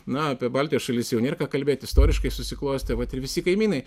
na apie baltijos šalis jau nėr ką kalbėti istoriškai susiklostė vat ir visi kaimynai